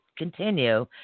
continue